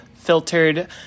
filtered